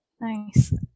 Nice